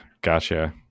gotcha